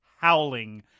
howling